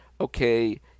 okay